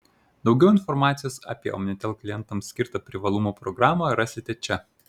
daugiau informacijos apie omnitel klientams skirtą privalumų programą rasite čia